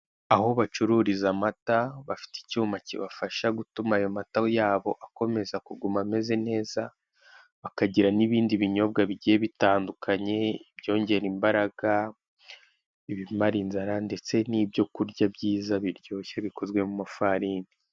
Aho bacururiza amata bafite icyuma kibafasha gituma ayo mata yabo akomeza kuguma ameze neza bakagira n'ibindi binyobwa bigiye bitandukanye ibyongera imbaraga, ibimara inzara ndetse n'ibyo kurya byiza biryoshye bikozwe mu mafarini.